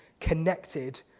connected